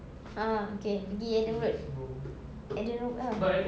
ah okay pergi adam road adam road lah